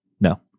No